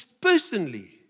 personally